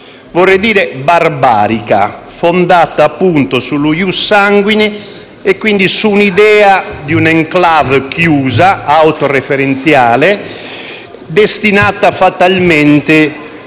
vorrei dire barbarica, fondata appunto sullo *ius sanguinis* e, quindi, sull'idea di una *enclave* chiusa, autoreferenziale, destinata fatalmente